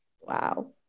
Wow